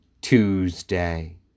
Tuesday